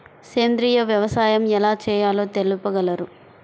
సేంద్రీయ వ్యవసాయం ఎలా చేయాలో తెలుపగలరు?